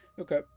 okay